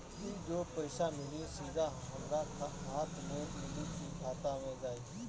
ई जो पइसा मिली सीधा हमरा हाथ में मिली कि खाता में जाई?